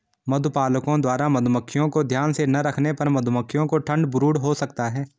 मधुपालकों द्वारा मधुमक्खियों को ध्यान से ना रखने पर मधुमक्खियों को ठंड ब्रूड हो सकता है